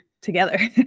together